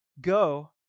go